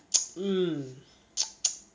mm